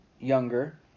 younger